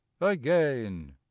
again